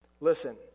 Listen